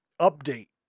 update